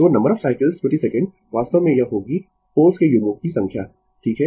तो number of cycles प्रति second वास्तव में यह होगी पोल्स के युग्मों की संख्या ठीक है